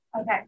Okay